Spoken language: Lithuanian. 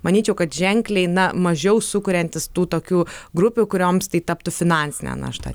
manyčiau kad ženkliai na mažiau sukuriantis tų tokių grupių kurioms tai taptų finansine našta